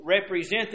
represent